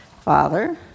Father